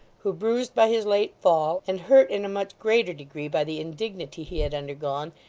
who, bruised by his late fall, and hurt in a much greater degree by the indignity he had undergone,